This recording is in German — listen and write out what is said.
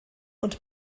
und